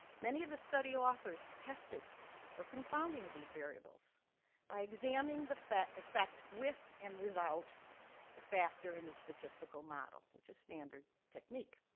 many of the study authors tested for confounding with these variables by examining the effect with and without the factor in the statistical model, which is standard technique.